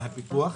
מהפיקוח.